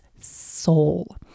soul